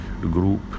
group